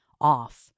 off